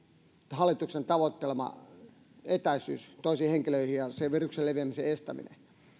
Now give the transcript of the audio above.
hallituksen tavoittelema etäisyys toisiin henkilöihin ja sen viruksen leviämisen estäminen